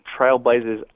Trailblazers